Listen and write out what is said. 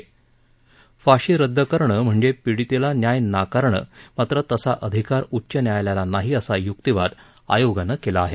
फाशी रद्द करणे म्हणजे पीडितेला न्याय नाकारणं मात्र तसा अधिकार उच्च न्यायालयाला नाही असा युक्तिवाद आयोगानं केला आहे